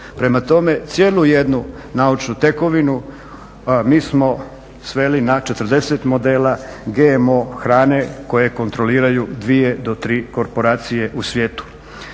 Prema tome, cijelu jednu naučnu tekovinu mi smo sveli na 40 modela GMO hrane koje kontroliraju dvije do tri korporacije u svijetu.